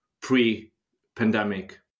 pre-pandemic